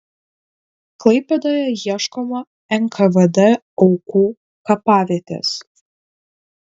klaipėdoje ieškoma nkvd aukų kapavietės